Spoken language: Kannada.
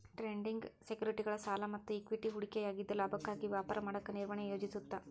ಟ್ರೇಡಿಂಗ್ ಸೆಕ್ಯುರಿಟಿಗಳ ಸಾಲ ಮತ್ತ ಇಕ್ವಿಟಿ ಹೂಡಿಕೆಯಾಗಿದ್ದ ಲಾಭಕ್ಕಾಗಿ ವ್ಯಾಪಾರ ಮಾಡಕ ನಿರ್ವಹಣೆ ಯೋಜಿಸುತ್ತ